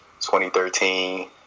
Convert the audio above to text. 2013